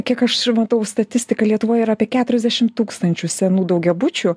kiek aš matau statistiką lietuvoj yra apie keturiasdešimt tūkstančių senų daugiabučių